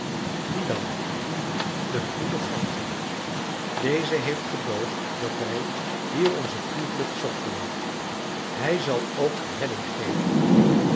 wie dan de goede god deze heeft gedoogd dat wij hier onze toevlucht zochten hij zal ook redding geven